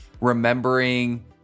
remembering